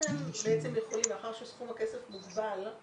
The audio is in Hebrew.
מאחר שסכום הכסף מוגבל,